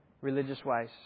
religious-wise